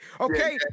okay